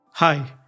Hi